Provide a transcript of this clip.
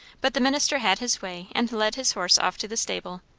but the minister had his way and led his horse off to the stable.